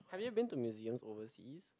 have you been to museum overseas